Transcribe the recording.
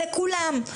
לכולם.